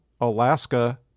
Alaska